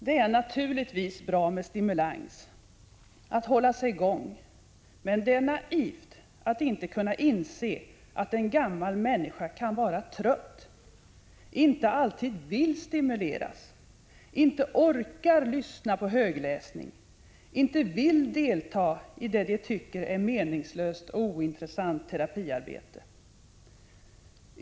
Det är naturligtvis bra med stimulans och att hålla sig i gång, men det är naivt att inte kunna inse att en gammal människa kan vara trött, inte alltid vill stimuleras, inte orkar lyssna på högläsning, inte vill delta i det han eller hon tycker är meningslöst och ointressant terapiarbete.